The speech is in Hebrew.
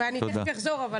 ואני תכף אחזור.